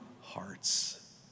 hearts